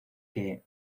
que